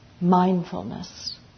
mindfulness